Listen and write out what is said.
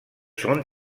sont